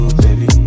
baby